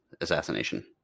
assassination